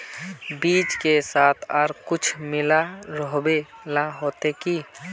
बीज के साथ आर कुछ मिला रोहबे ला होते की?